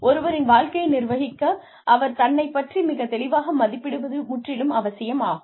ஒருவரின் வாழ்க்கையை நிர்வகிக்க அவர் தன்னைப் பற்றி மிகத் தெளிவாக மதிப்பிடுவது முற்றிலும் அவசியம் ஆகும்